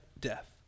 death